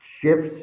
Shifts